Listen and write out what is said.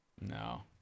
No